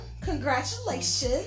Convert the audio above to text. Congratulations